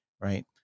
right